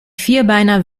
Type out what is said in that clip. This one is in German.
vierbeiner